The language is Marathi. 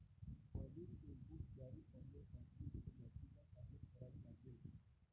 नवीन चेकबुक जारी करण्यासाठी याचिका सादर करावी लागेल